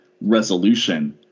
resolution